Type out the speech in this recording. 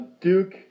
Duke